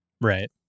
right